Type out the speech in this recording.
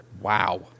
Wow